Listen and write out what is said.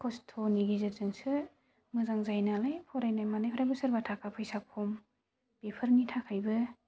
खस्त'नि गेजेरजोंसो मोजां जायो नालाय फरायनाय मानायफ्राबो सोरबा थाखा फैसा खम बेफोरनि थाखायबो